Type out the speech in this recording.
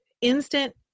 instant